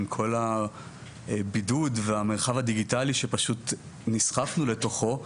עם כל הבידוד והמרחב הדיגיטלי שפשוט נסחפנו לתוכו,